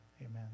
amen